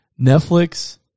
Netflix